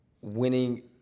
winning